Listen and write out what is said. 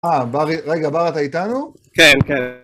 אה, בר, רגע, בר אתה איתנו? כן, כן.